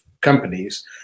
companies